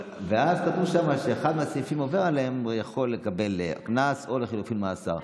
כתוב שם שהעובר על אחד מהסעיפים יכול לקבל קנס או לחלופין מאסר.